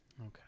Okay